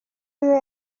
biwe